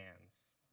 hands